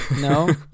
No